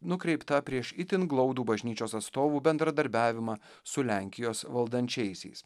nukreipta prieš itin glaudų bažnyčios atstovų bendradarbiavimą su lenkijos valdančiaisiais